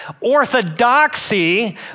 orthodoxy